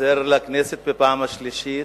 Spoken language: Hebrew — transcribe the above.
חוזר לכנסת בפעם השלישית,